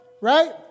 right